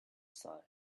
side